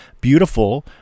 beautiful